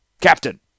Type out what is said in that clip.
Captain